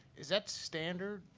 is that standard?